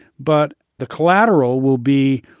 but the collateral will be